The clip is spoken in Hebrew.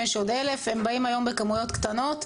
יש עוד 1,000. הם באים היום בכמויות קטנות,